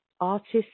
artists